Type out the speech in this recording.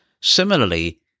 Similarly